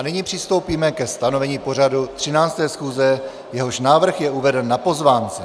Nyní přistoupíme ke stanovení pořadu 13. schůze, jehož návrh je uveden na pozvánce.